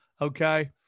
Okay